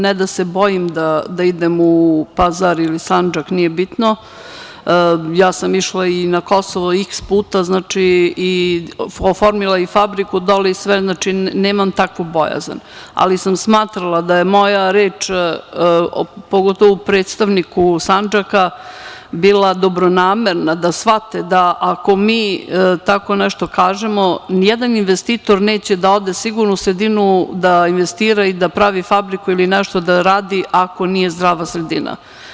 Ne bojim se da idem u Pazar, ili Sandžak, nije bitno, ja sam išla i na Kosovo iks puta, oformila i fabriku dole, znači nemam takvu bojazan, ali smatrala sam da je moja reč, pogotovo, predstavniku Sandžaka, bila dobronamerna, da shvate da ako mi tako nešto kažemo nijedan investitori neće da ode sigurno u sredinu da investira i da pravi fabriku ili nešto da radi ako nije zdrava sredina.